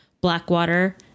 Blackwater